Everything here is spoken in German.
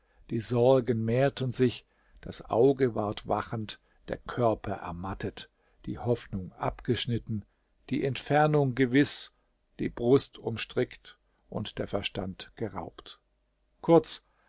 die sorgen mehrten sich das auge ward wachend der körper ermattet die hoffnung abgeschnitten die entfernung gewiß die brust umstrickt und der verstand geraubt kurz